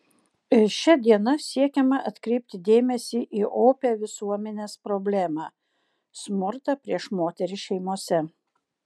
šia diena siekiama atkreipti dėmesį į opią visuomenės problemą smurtą prieš moteris šeimose